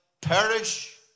perish